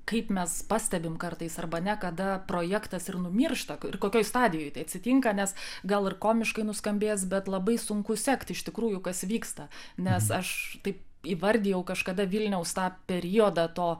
kaip mes pastebim kartais arba ne kada projektas ir numiršta ir kokioj stadijoj tai atsitinka nes gal ir komiškai nuskambės bet labai sunku sekti iš tikrųjų kas vyksta nes aš taip įvardijau kažkada vilniaus tą periodą to